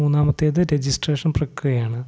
മൂന്നാമത്തേത് രജിസ്ട്രേഷൻ പ്രക്രിയയാണ്